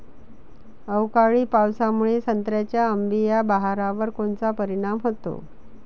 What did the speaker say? अवकाळी पावसामुळे संत्र्याच्या अंबीया बहारावर कोनचा परिणाम होतो?